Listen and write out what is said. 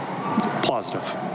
positive